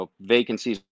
vacancies